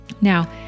Now